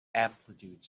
amplitude